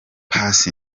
paccy